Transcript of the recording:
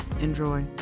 enjoy